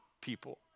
people